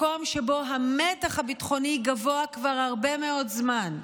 מקום שבו המתח הביטחוני גבוה כבר הרבה מאוד זמן,